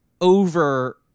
Over